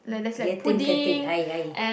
later you can take I I